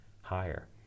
higher